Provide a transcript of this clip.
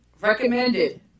recommended